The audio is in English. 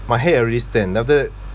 my hair already stand and after that